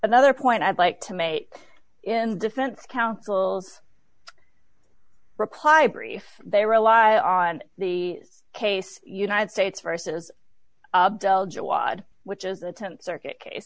another point i'd like to make in defense counsel reply brief they rely on the case united states versus dell jawad which is a th circuit case